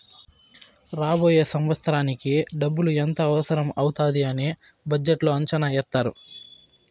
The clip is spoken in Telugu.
రాబోయే సంవత్సరానికి డబ్బులు ఎంత అవసరం అవుతాది అని బడ్జెట్లో అంచనా ఏత్తారు